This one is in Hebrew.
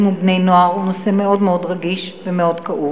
ובני-נוער הוא נושא מאוד מאוד רגיש ומאוד כאוב.